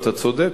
אתה צודק,